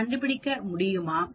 நான் கண்டுபிடிக்க முடியுமா